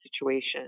situation